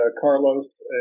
Carlos